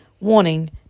Warning